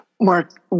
Mark